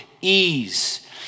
ease